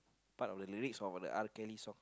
part of the lyrics of the R Kelly song